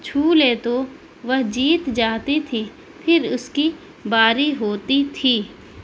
چھو لے تو وہ جیت جاتی تھی پھر اس کی باری ہوتی تھی